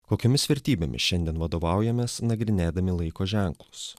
kokiomis vertybėmis šiandien vadovaujamės nagrinėdami laiko ženklus